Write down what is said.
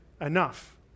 enough